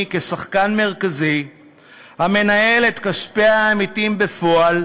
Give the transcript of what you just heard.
כשחקן מרכזי המנהל את כספי העמיתים בפועל,